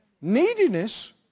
Neediness